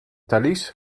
thalys